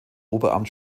oberamt